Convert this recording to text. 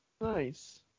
Nice